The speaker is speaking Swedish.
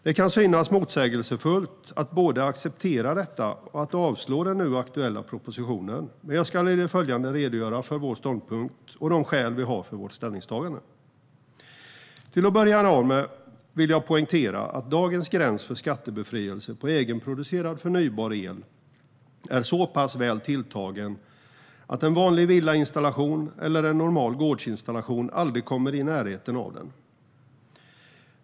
Det kan synas motsägelsefullt att både acceptera detta och att vilja avslå den nu aktuella propositionen, men jag ska i det följande redogöra för vår ståndpunkt och de skäl vi har för vårt ställningstagande. Till att börja med vill jag poängtera att dagens gräns för skattebefrielse på egenproducerad förnybar el är så pass väl tilltagen att en vanlig villainstallation eller en normal gårdsinstallation aldrig kommer i närheten av den.